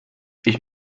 ich